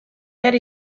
behar